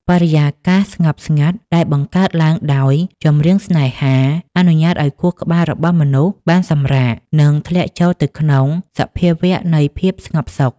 បរិយាកាសស្ងប់ស្ងាត់ដែលបង្កើតឡើងដោយ ចម្រៀងស្នេហា អនុញ្ញាតឱ្យខួរក្បាលរបស់មនុស្សបានសម្រាក និងធ្លាក់ចូលទៅក្នុងសភាវៈនៃភាពស្ងប់សុខ